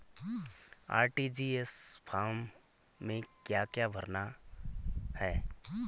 RTGS form में क्या क्या भरना है?